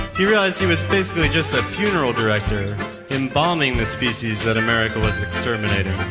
he realized he was basically just a funeral director embalming this species that america was exterminating.